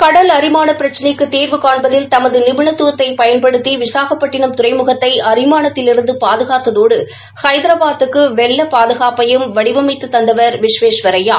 கடல் அரிமான பிரச்சினைக்கு தீர்வு காண்பதில் தமது நிபுணத்துவத்தை பயன்படுத்தி விசாகப்பட்டினம் துறைமுகத்தை அரிமானத்திலிருந்து பாதுகாத்ததோடு ஹைதராபாத்துக்கு வெள்ள பாதுகாப்பையும் வடிவமைத்து தந்தவர் விஸ்வேஸ்வரய்யா